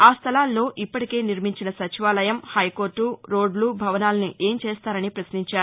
ఆ స్దలాల్లో ఇప్పటికే నిర్మించిన సచివాలయం హైకోర్ట రోడ్లు భవనాల్ని ఏం చేస్తారని ప్రశ్నించారు